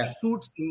suits